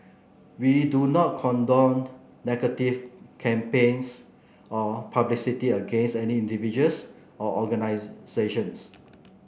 we do not condone negative campaigns or publicity against any individuals or organisations